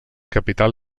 capital